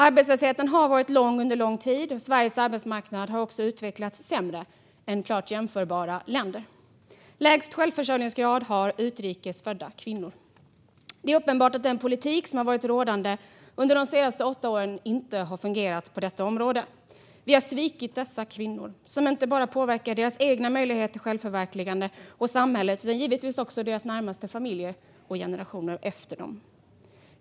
Arbetslösheten har varit hög under lång tid, och Sveriges arbetsmarknad har också utvecklats sämre än arbetsmarknaden i klart jämförbara länder. Lägst självförsörjningsgrad har utrikes födda kvinnor. Det är uppenbart att den politik som har varit rådande under de senaste åtta åren inte har fungerat på detta område. Vi har svikit dessa kvinnor. Det påverkar inte bara deras egna möjligheter till självförverkligande och samhället, utan det påverkar givetvis också deras närmaste familj och generationer efter dem.